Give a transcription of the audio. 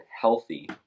healthy